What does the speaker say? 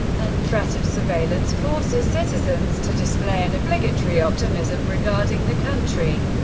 and threat of surveillance forces citizens to display an obligatory optimism regarding the country,